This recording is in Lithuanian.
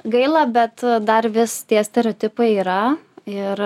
gaila bet dar vis tie stereotipai yra ir